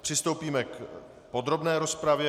Přistoupíme k podrobné rozpravě.